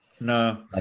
No